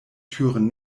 türen